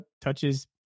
touches